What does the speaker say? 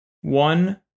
one